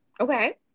Okay